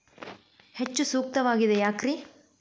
ಹೆಚ್ಚು ಸೂಕ್ತವಾಗಿದೆ ಯಾಕ್ರಿ?